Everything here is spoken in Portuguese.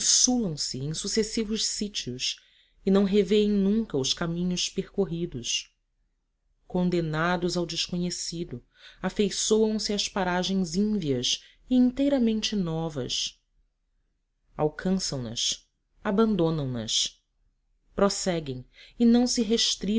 insulam se em sucessivos sítios e não revêem nunca os caminhos percorridos condenados ao desconhecido afeiçoam se às paragens ínvias e inteiramente novas alcançam nas abandonam nas prosseguem e não se